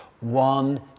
one